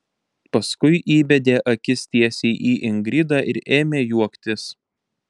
paskui įbedė akis tiesiai į ingridą ir ėmė juoktis